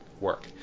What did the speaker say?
work